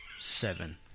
Seven